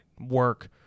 work